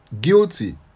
guilty